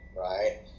right